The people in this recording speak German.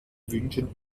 wünschen